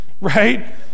right